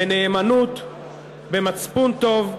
בנאמנות, במצפון טוב,